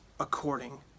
according